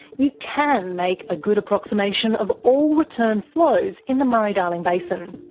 you can make a good approximation of all return flows in the murray-darling basin.